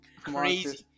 crazy